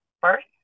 first